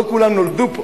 לא כולם נולדו פה.